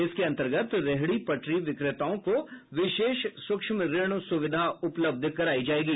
इसके अंतर्गत रेहड़ी पटरी विक्रेताओं को विशेष सूक्ष्म ऋण सुविधा उपलब्ध कराई जाएगी